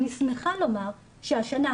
אני שמחה לומר שהשנה,